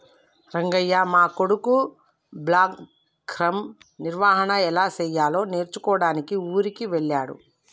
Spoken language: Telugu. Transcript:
రంగయ్య మా కొడుకు బ్లాక్గ్రామ్ నిర్వహన ఎలా సెయ్యాలో నేర్చుకోడానికి ఊరికి వెళ్ళాడు